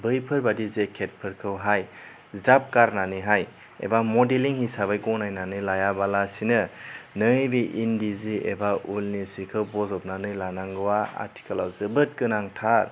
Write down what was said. बैफोरबादि जेकेटफोरखौहाय ज्राब गारनानैहाय एबा मडेलिं हिसाबै गनायनानै लायाबालासिनो नैबे इन्दि जि एबा उलनि जिखौ बज'बनानै लानांगौवा आथिखालाव जोबोद गोनांथार